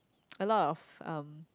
a lot of um